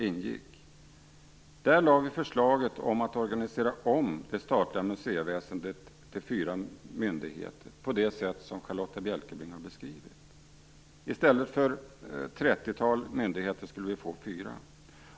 Där lade vi fram förslaget att organisera om det statliga museiväsendet till fyra myndigheter på det sätt som Charlotta Bjälkebring har beskrivit. I stället för ett trettiotal myndigheter, skulle vi få fyra.